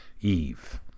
Eve